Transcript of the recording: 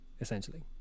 essentially